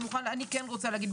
אני רוצה להגיד,